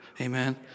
Amen